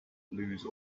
lose